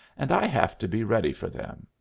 and i have to be ready for them.